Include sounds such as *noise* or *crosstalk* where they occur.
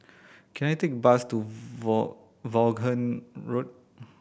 can I take a bus to *unintelligible* Vaughan Road